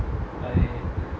I